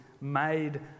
made